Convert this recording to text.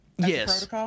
Yes